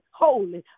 holy